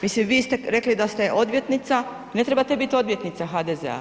Mislim, vi ste rekli da ste odvjetnica, ne trebate biti odvjetnica HDZ-a.